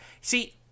See